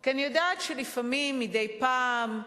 כי אני יודעת שלפעמים, מדי פעם,